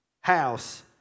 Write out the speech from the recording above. house